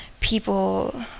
People